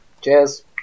Cheers